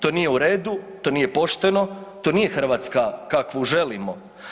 To nije u redu, to nije pošteno, to nije Hrvatska kakvu želimo.